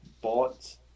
bought